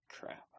Crap